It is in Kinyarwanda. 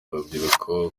urubyiruko